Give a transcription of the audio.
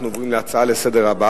אנחנו עוברים להצעה הבאה לסדר-היום,